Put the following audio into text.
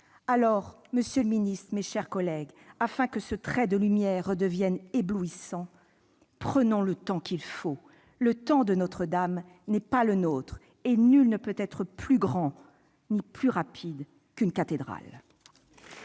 » Monsieur le ministre, mes chers collègues, afin que ce « trait de lumière » redevienne éblouissant, prenons le temps qu'il faut. Le temps de Notre-Dame n'est pas le nôtre, et nul ne peut être plus grand ni plus rapide qu'une cathédrale